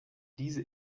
diese